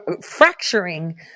fracturing